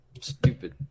stupid